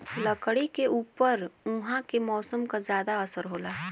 लकड़ी के ऊपर उहाँ के मौसम क जादा असर होला